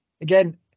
Again